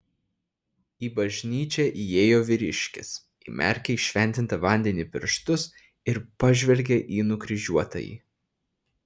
į bažnyčią įėjo vyriškis įmerkė į šventintą vandenį pirštus ir pažvelgė į nukryžiuotąjį